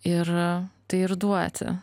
ir tai ir duoti